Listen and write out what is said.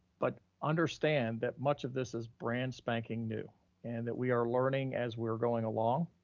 but understand that much of this is brand spanking new and that we are learning as we're going along.